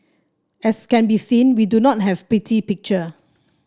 as can be seen we do not have pretty picture